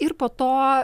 ir po to